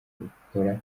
rukora